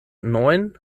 neun